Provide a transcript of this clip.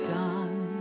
done